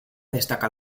destaca